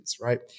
right